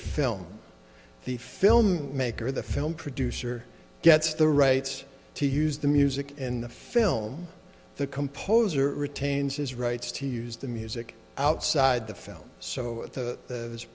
film the film maker the film producer gets the rights to use the music in the film the composer retains his rights to use the music outside the film so